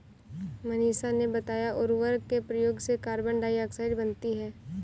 मनीषा ने बताया उर्वरक के प्रयोग से कार्बन डाइऑक्साइड बनती है